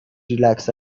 ریلکس